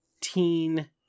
teen